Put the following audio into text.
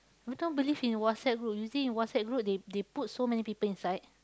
I don't believe in WhatsApp group you see in WhatsApp group they they put so many people inside